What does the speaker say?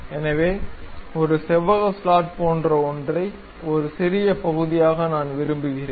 எனவே ஒரு செவ்வக ஸ்லாட் போன்ற ஒன்றை ஒரு சிறிய பகுதியாக நான் விரும்புகிறேன்